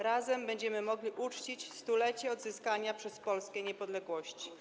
Razem będziemy mogli uczcić stulecie odzyskania przez Polskę niepodległości.